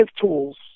tools